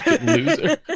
Loser